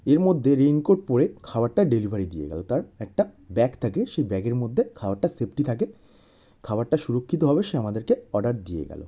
এর মদ্যে রেনকোট পরে খাবারটা ডেলিভারি দিয়ে গেলো তার একটা ব্যাগ থাকে সেই ব্যাগের মধ্যে খাবারটা সেফটি থাকে খাবারটা সুরক্ষিতভাবে সে আমাদেরকে অর্ডার দিয়ে গেলো